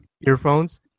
earphones